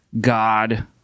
God